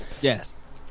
Yes